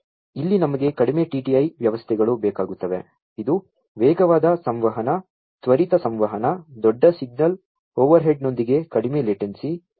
ಇಲ್ಲಿ ನಮಗೆ ಕಡಿಮೆ TTI ವ್ಯವಸ್ಥೆಗಳು ಬೇಕಾಗುತ್ತವೆ ಇದು ವೇಗವಾದ ಸಂವಹನ ತ್ವರಿತ ಸಂವಹನ ದೊಡ್ಡ ಸಿಗ್ನಲ್ ಓವರ್ಹೆಡ್ನೊಂದಿಗೆ ಕಡಿಮೆ ಲೇಟೆನ್ಸಿ ಸಂವಹನವನ್ನು ಒದಗಿಸುತ್ತದೆ